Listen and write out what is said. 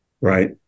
Right